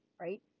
right